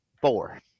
four